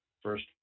First